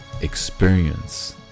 experience